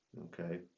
Okay